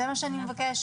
זה מה שאני מבקשת,